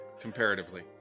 comparatively